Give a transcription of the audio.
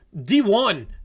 D1